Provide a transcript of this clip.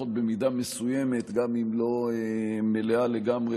לפחות במידה מסוימת גם אם לא מלאה לגמרי,